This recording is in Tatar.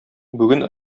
бүген